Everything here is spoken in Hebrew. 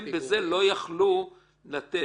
הם לא יכלו לעמוד בזה,